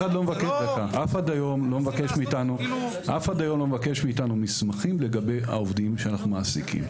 אף אחד היום לא מבקש מאיתנו מסמכים לגבי העובדים שאנחנו מעסיקים.